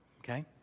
okay